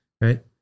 right